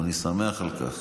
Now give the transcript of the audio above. ואני שמח על כך.